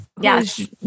Yes